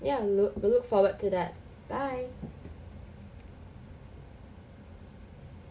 ya we look we look forward to that bye